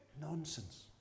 nonsense